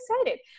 excited